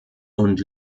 und